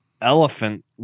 elephant